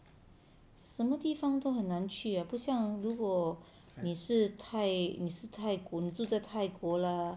什么地方都很难去 eh 不像如果你是太你是太你住在泰国 lah